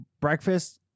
breakfast